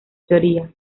teoría